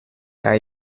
are